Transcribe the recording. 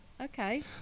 Okay